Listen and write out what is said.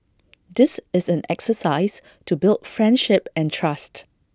this is an exercise to build friendship and trust